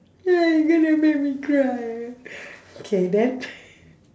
you going to make me cry K then